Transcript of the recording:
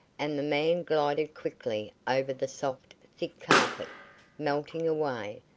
and the man glided quickly over the soft, thick carpet melting away,